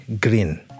Green